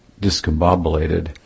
discombobulated